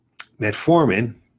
metformin